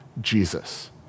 Jesus